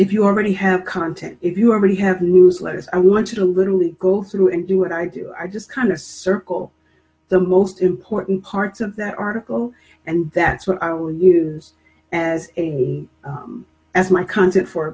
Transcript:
if you already have content if you already have newsletters i want you to literally go through and do what i do i just kind of circle the most important parts of the article and that's what i will use as a as my content for